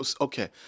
Okay